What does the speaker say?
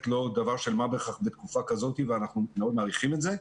לא דבר של מה בכך בתקופה כזאת ואנחנו בהחלט מעריכים את זה.